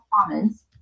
comments